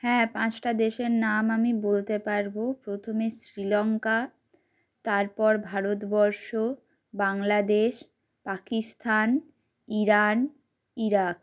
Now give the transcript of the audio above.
হ্যাঁ পাঁচটা দেশের নাম আমি বলতে পারব প্রথমে শ্রীলঙ্কা তারপর ভারতবর্ষ বাংলাদেশ পাকিস্তান ইরান ইরাক